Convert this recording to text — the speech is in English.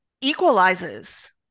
equalizes